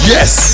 Yes